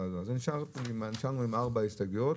נשארנו עם ארבע הסתייגויות.